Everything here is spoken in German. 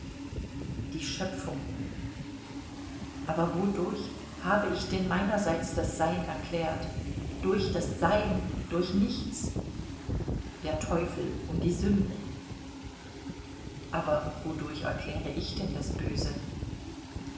die schöpfung aber wodurch habe ich denn meinerseits das sein erklärt durch das sein durch nichts der teufel und die sünde aber wodurch erkläre ich denn das böse